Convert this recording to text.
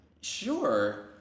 sure